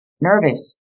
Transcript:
Nervous